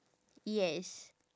yes